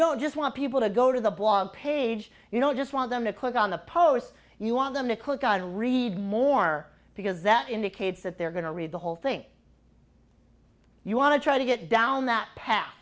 don't just want people to go to the blog page you don't just want them to click on the post you want them to click on read more because that indicates that they're going to read the whole thing you want to try to get down that path